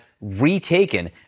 retaken